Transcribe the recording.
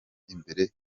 imbere